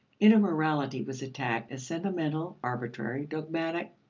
inner morality was attacked as sentimental, arbitrary, dogmatic,